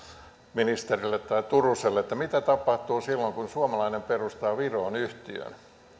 ministerille tai turuselle mitä tapahtuu silloin kun suomalainen perustaa viroon yhtiön